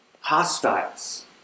hostiles